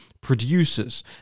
producers